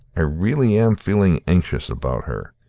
i really am feeling anxious about her.